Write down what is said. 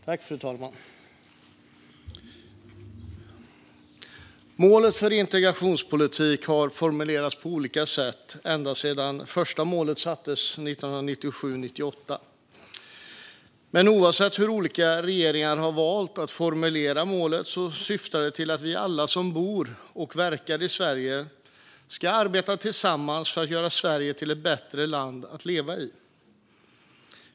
Fru talman! Målet för integrationspolitiken har formulerats på olika sätt ända sedan det första målet sattes 1997/98. Men oavsett hur olika regeringar har valt att formulera målet syftar det till att vi alla som bor och verkar i Sverige ska arbeta tillsammans för att göra Sverige till ett bättre land att leva i.